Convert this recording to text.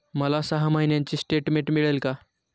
मला सहा महिन्यांचे स्टेटमेंट मिळेल का?